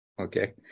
okay